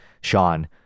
sean